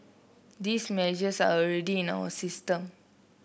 these measures are already in our system